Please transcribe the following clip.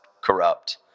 corrupt